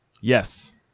yes